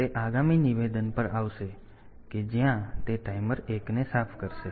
તેથી તે આગામી નિવેદન પર આવશે કે જ્યાં તે ટાઈમર 1 ને સાફ કરશે